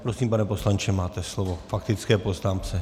Prosím, pane poslanče, máte slovo k faktické poznámce.